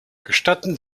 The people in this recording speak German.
gestatten